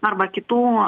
arba kitų